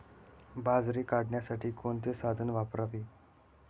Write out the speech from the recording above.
बाजरी काढण्यासाठी कोणते साधन वापरावे?